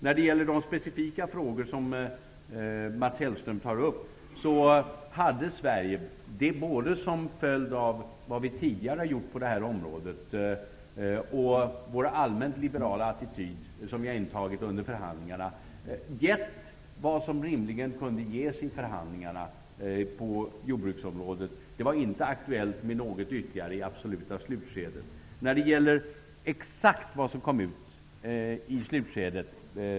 När det gäller Mats Hellströms specifika frågor hade Sverige både som följd av vad vi tidigare hade gjort på det här området och den allmänt liberala attityd som vi intog under förhandlingarna gett vad som rimligen kunde ges i förhandlingarna på jordbruksområdet. Det var inte aktuellt med något ytterligare i det absoluta slutskedet.